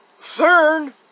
CERN